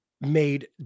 made